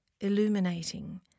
illuminating